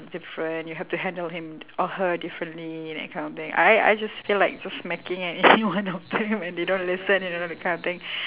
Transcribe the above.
different you have to handle him or her differently that kind of thing I I just feel like just smacking any one of them when they don't listen you know that kind of thing